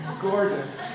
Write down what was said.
gorgeous